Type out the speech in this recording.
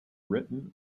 written